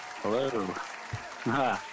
Hello